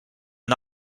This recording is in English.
and